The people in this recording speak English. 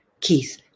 Keith